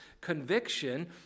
conviction